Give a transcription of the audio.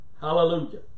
Hallelujah